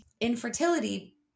infertility